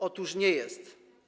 Otóż nie jest.